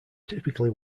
typically